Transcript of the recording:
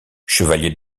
chevalier